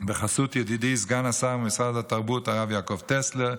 בחסות ידידי סגן השר במשרד התרבות הרב יעקב טסלר,